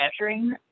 measuring